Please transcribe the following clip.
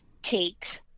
Kate